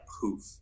poof